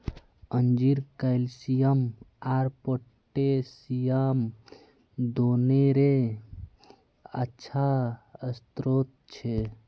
अंजीर कैल्शियम आर पोटेशियम दोनोंरे अच्छा स्रोत छे